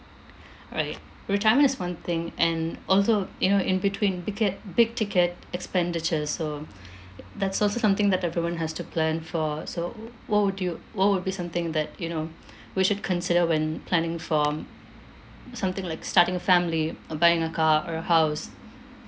right retirement is one thing and also you know in between bicket~ big ticket expenditures so that's also something that everyone has to plan for so wh~ what would you what would be something that you know we should consider when planning for something like starting a family or buying a car or a house